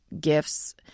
gifts